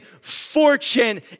fortune